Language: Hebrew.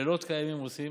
לילות כימים הם עושים